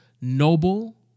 noble